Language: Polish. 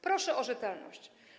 Proszę o rzetelność.